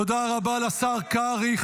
תודה רבה לשר קרעי.